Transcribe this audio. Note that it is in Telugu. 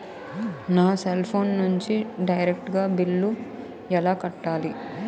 నా సెల్ ఫోన్ నుంచి డైరెక్ట్ గా బిల్లు ఎలా కట్టాలి?